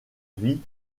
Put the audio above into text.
vie